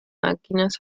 máquinas